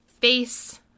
Face